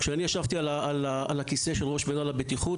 כשאני ישבתי על הכיסא של ראש מינהל הבטיחות,